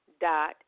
dot